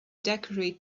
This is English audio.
decorate